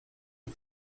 you